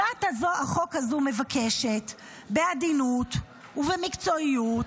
הצעת החוק הזו מבקשת בעדינות ובמקצועיות